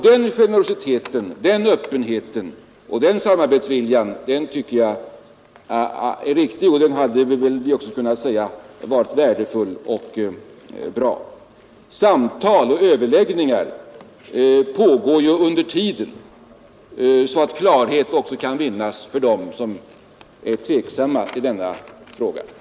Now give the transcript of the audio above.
Den generositeten, öppenheten och samarbetsviljan tycker jag är riktig, och vi hade väl också kunnat säga att den är värdefull. Samtal och överläggningar pågår ju under tiden så att klarhet också kan vinnas för dem som är tveksamma i denna fråga.